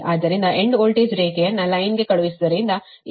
ಆದ್ದರಿಂದ end voltage ರೇಖೆಯನ್ನು line ಗೆ ಕಳುಹಿಸುವುದರಿಂದ ಈ ಒಂದು 224